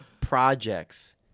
projects